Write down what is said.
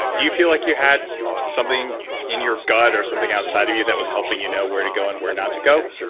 do you feel like you had something in your gut, or something outside of you that was helping you know where to go, and where not to go?